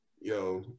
Yo